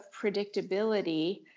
predictability